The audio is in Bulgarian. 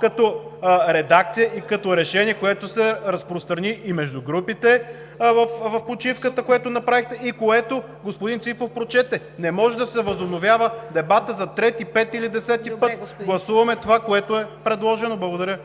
като редакция и като решение, разпространи се и между групите в почивката – което направихте и което прочете господин Ципов. Не може да се възобновява дебатът за трети, пети или десети път. Гласуваме това, което е предложено. Благодаря.